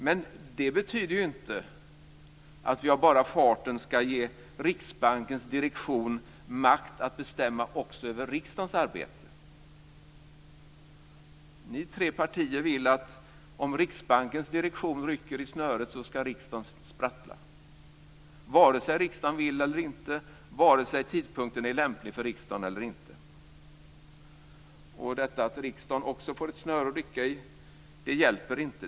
Men det betyder inte att vi av bara farten ska ge Riksbankens direktion makt att bestämma också över riksdagens arbete. Ni tre partier vill att om Riksbankens direktion rycker i snöret ska riksdagen sprattla vare sig riksdagen vill eller inte och vare sig tidpunkten är lämplig för riksdagen eller inte. Detta att riksdagen också får ett snöre att rycka i hjälper inte.